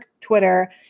Twitter